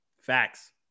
Facts